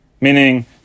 meaning